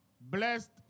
blessed